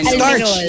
starch